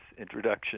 introduction